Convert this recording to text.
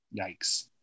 Yikes